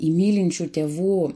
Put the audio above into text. į mylinčių tėvų